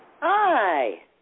Hi